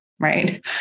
right